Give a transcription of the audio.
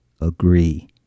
agree